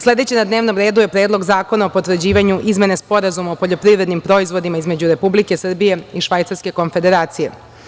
Sledeći na dnevnom redu je Predlog zakona o potvrđivanju Izmene Sporazuma o poljoprivrednim proizvodima između Republike Srbije i Švajcarske Konfederacije.